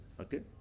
Okay